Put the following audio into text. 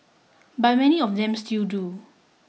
but many of them still do